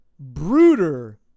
brooder